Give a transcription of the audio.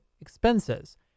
expenses